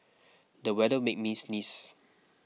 the weather made me sneeze